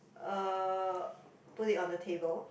uh put it on the table